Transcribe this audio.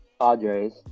Padres